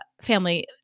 family